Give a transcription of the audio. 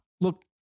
Look